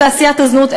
בתעשיית הזנות,